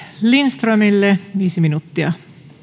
lindströmille viisi minuuttia